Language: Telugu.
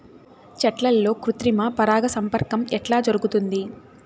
చెట్లల్లో కృత్రిమ పరాగ సంపర్కం ఎట్లా జరుగుతుంది?